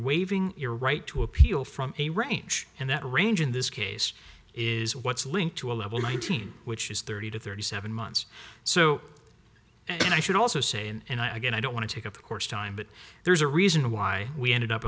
waiving your right to appeal from a range and that range in this case is what's linked to a level nineteen which is thirty to thirty seven months or so and i should also say and i guess i don't want to take up a course time but there's a reason why we ended up